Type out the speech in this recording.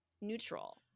neutral